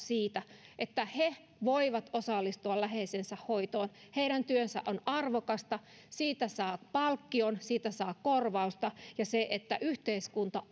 siitä että he voivat osallistua läheisensä hoitoon heidän työnsä on arvokasta siitä saa palkkion siitä saa korvausta ja että yhteiskunta